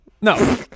No